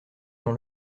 dans